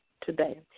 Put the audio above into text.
today